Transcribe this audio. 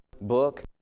book